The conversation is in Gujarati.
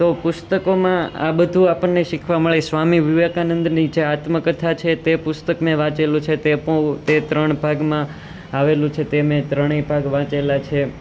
તો પુસ્તકોમાં આ બધુ આપણને શીખવા મળે સ્વામી વિવેકાનંદની આત્મકથા છે તે પુસ્તક મેં વાંચેલુ છે તે ત્રણ ભાગમાં આવેલું છે તે મેં ત્રણેય ભાગ વાંચેલા છે